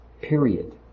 period